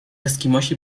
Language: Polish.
eskimosi